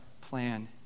plan